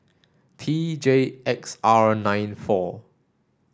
T J X R nine four